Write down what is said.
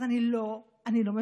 אז אני לא מבינה.